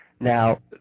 now